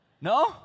No